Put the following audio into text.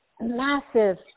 massive